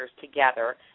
together